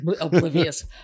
oblivious